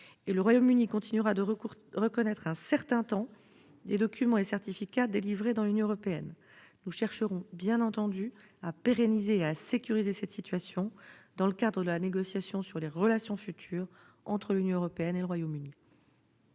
le Royaume-Uni continuera de reconnaître durant un certain temps les documents et certificats délivrés dans l'Union européenne. Nous chercherons, bien entendu, à pérenniser et à sécuriser cette situation dans le cadre de la négociation sur les relations futures entre l'Union européenne et le Royaume-Uni.